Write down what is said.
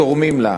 תורמים לה.